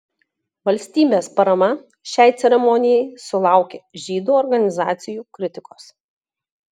valstybės parama šiai ceremonijai sulaukė žydų organizacijų kritikos